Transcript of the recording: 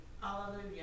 Hallelujah